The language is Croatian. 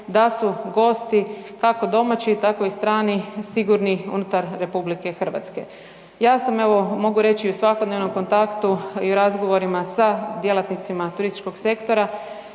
da su gosti kako domaći tako i strani sigurni unutar RH. Ja sam evo mogu reći u svakodnevnom kontaktu i u razgovorima sa djelatnicima turističkog sektora